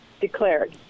declared